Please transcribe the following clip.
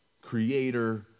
creator